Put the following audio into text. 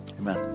Amen